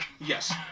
Yes